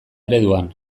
ereduan